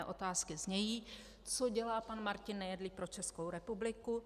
Mé otázky znějí: Co dělá pan Martin Nejedlý pro Českou republiku?